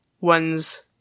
one's